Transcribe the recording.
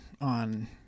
on